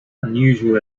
unusual